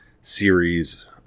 series